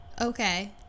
Okay